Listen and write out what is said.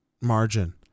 margin